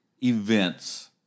events